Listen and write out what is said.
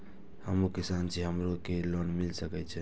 हमू किसान छी हमरो के लोन मिल सके छे?